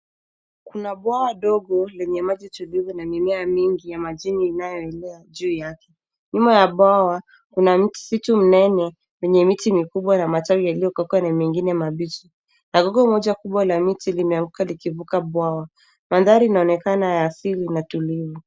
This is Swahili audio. Kuna bwawa dogo lenye maji chebebu na mimea mingi ya majini inayoelea juu yake. Nyuma ya bwawa, kuna msitu mnene wenye miti mikubwa ya matawi yaliyokauka na mengine mabichi. Na gogo moja la mti limeanguka likivuka bwawa. Mandhari inaonekana ya asili na tulivu.